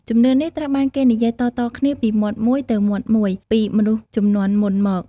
ជំនឿនេះត្រូវបានគេនិយាយតៗគ្នាពីមាត់មួយទៅមាត់មួយពីមនុស្សជំនាន់មុនមក។